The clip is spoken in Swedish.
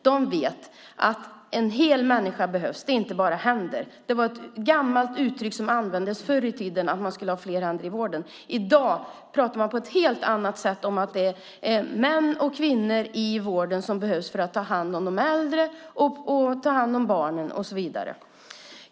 De vet att det behövs hela människor och inte bara händer. Det var ett gammalt uttryck som användes förr i tiden att man skulle ha fler händer i vården. I dag pratar man på ett helt annat sätt om att det är män och kvinnor som behövs i vården för att ta hand om de äldre, om barnen och så vidare.